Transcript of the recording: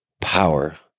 power